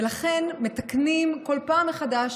ולכן מתקנים כל פעם מחדש.